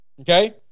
Okay